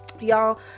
y'all